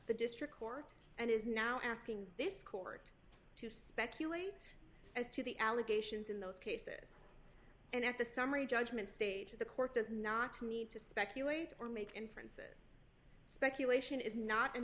the district court and is now asking this court to speculate as to the allegations in those cases and at the summary judgment stage of the court does not need to speculate or make inferences speculation is not